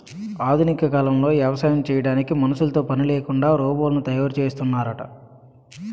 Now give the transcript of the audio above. ఆధునిక కాలంలో వ్యవసాయం చేయడానికి మనుషులతో పనిలేకుండా రోబోలను తయారు చేస్తున్నారట